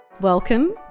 Welcome